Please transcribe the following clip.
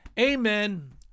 Amen